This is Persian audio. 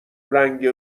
رنگ